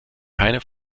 keine